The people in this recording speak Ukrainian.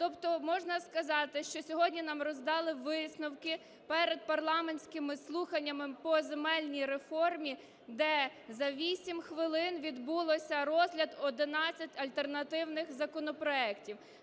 Тобто можна сказати, що сьогодні нам роздали висновки перед парламентськими слуханнями по земельній реформі, де за 8 хвилин відбувся розгляд 11 альтернативних законопроектів.